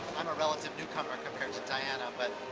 i'm a relative new comer compared to diana but